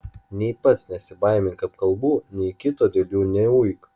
nei pats nesibaimink apkalbų nei kito dėl jų neuik